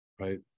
right